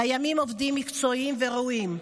קיימים עובדים מקצועיים וראויים,